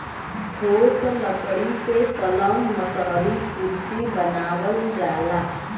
ठोस लकड़ी से पलंग मसहरी कुरसी बनावल जाला